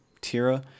Tira